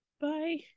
Bye